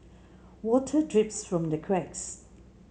water drips from the cracks